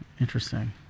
interesting